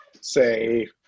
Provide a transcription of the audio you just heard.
say